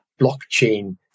blockchain